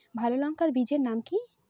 ভালো লঙ্কা বীজের নাম কি?